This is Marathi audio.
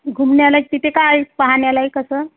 घुमण्यालायक तिथे काय पाहण्यालायक असं